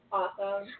awesome